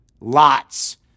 Lots